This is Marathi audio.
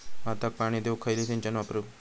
भाताक पाणी देऊक खयली सिंचन वापरू?